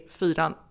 fyran